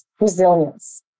resilience